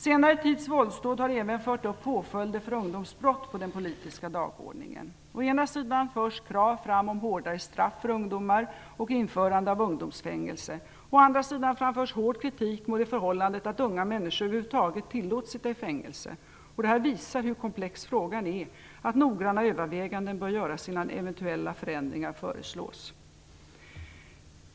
Senare tids våldsdåd har även fört upp påföljder för ungdomsbrott på den politiska dagordningen. Å ena sidan framförs krav om hårdare straff för ungdomar och införande av ungdomsfängelse. Å andra sidan framförs hård kritik mot förhållandet att unga över huvud taget tillåts att sitta i fängelse. Detta visar hur komplex frågan är och att noggranna överväganden bör göras innan eventuella förändringar föreslås.